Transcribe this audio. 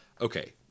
Okay